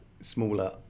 smaller